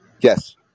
Yes